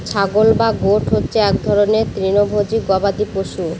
ছাগল বা গোট হচ্ছে এক রকমের তৃণভোজী গবাদি পশু